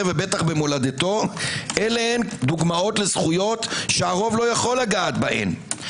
ובטח במולדתו אלה דוגמאות לזכויות שהרוב לא יכול לגעת בהן.